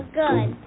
good